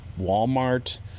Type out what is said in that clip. Walmart